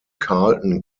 carlton